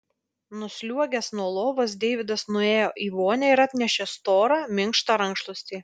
nusliuogęs nuo lovos deividas nuėjo į vonią ir atnešė storą minkštą rankšluostį